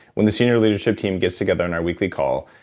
when the senior leadership team gets together on our weekly call,